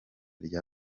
rya